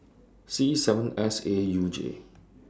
C seven S A U J